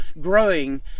growing